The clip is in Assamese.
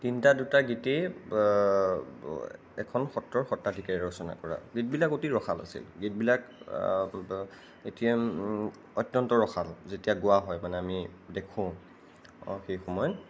তিনিটা দুটা গীতেই এখন সত্ৰৰ সত্ৰাধিকাৰে ৰচনা কৰা গীতবিলাক অতি ৰসাল আছিল গীতবিলাক এতিয়া অত্যন্ত ৰসাল যেতিয়া গোৱা হয় মানে আমি দেখোঁ অঁ সেই সময়ত